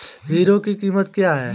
Hero की कीमत क्या है?